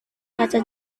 kaca